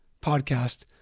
podcast